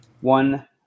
One